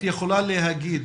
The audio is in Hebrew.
יכולת הניתוח שלך הייתה מבריקה.